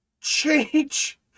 change